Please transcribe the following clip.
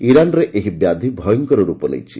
ଇରାନ୍ରେ ଏହି ବ୍ୟାଧି ଭୟଙ୍କର ରୂପ ନେଇଛି